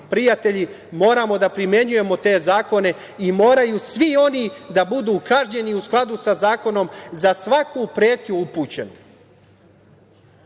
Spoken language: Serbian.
prijatelji, moramo da primenjujemo te zakone i moraju svi oni da budu kažnjeni u skladu sa zakonom za svaku upućenu